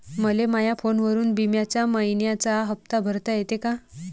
मले माया फोनवरून बिम्याचा मइन्याचा हप्ता भरता येते का?